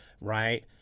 Right